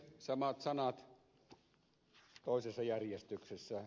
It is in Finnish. samat sanat toisessa järjestyksessä